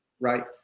right